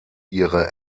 ihre